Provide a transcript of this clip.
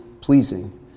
pleasing